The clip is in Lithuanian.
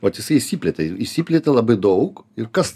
vat jisai išsiplėtė išsiplėtė labai daug ir kas